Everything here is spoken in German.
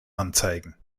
anzeigen